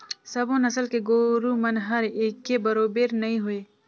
सबो नसल के गोरु मन हर एके बरोबेर नई होय